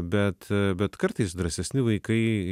bet bet kartais drąsesni vaikai